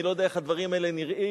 אני לא יודע איך הדברים האלה נראים.